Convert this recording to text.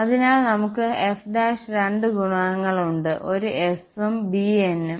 അതിനാൽ നമുക്ക് f' രണ്ട് ഗുണകങ്ങളുണ്ട് ഒരു s ഉം bn ഉം